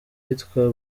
ahitwa